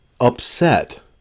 upset